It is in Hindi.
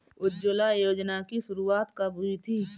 उज्ज्वला योजना की शुरुआत कब हुई थी?